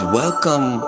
welcome